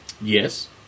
yes